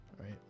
right